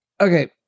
Okay